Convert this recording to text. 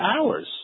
hours